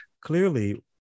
clearly